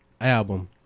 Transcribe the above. album